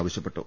ആവശ്യപ്പെട്ടു